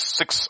six